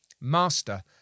Master